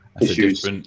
issues